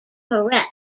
correct